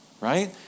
right